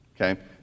Okay